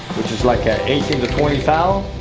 which is like ah eighteen to twenty thou'.